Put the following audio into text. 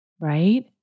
right